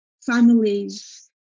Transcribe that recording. families